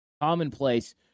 commonplace